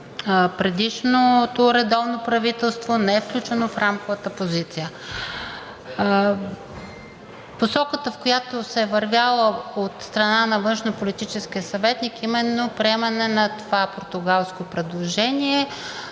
предишното редовно правителство, не е включено в рамковата позиция. Посоката, в която се е вървяло от страна на външнополитическия съветник, е именно приемане на това португалско предложение,